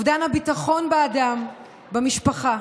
אובדן הביטחון באדם, במשפחה,